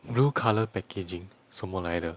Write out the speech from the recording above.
blue colour packaging 什么来的